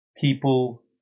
people